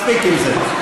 מספיק עם זה.